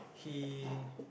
he